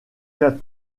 qu’as